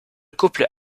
couple